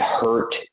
hurt